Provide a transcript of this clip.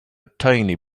tiny